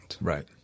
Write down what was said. Right